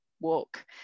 walk